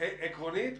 עקרונית,